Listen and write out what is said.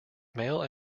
male